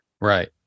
right